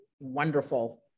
wonderful